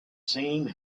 same